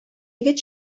егет